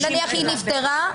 נניח היא נפטרה,